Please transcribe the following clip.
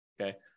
okay